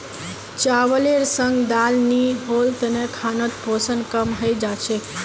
चावलेर संग दाल नी होल तने खानोत पोषण कम हई जा छेक